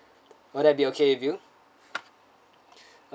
all that would be okay with you